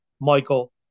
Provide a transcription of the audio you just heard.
Michael